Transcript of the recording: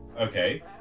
Okay